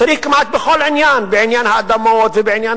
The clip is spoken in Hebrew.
צריך כמעט בכל עניין: בעניין האדמות ובעניין